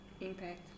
impact